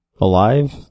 alive